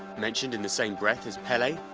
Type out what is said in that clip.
mentioned in the same breath as pele,